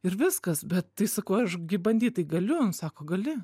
ir viskas bet tai sakau aš gi bandyt tai galiu sako gali